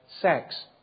sex